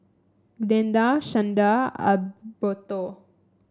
Glenda Shanda Adalberto